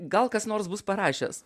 gal kas nors bus parašęs